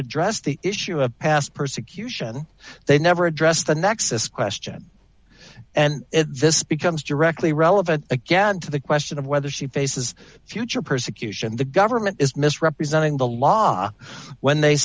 addressed the issue of past persecution they never addressed the nexus question and this becomes directly relevant again to the question of whether she faces future persecution the government is misrepresenting the law when they